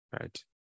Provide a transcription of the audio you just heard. right